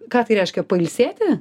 ką tai reiškia pailsėti